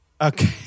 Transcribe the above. okay